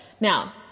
Now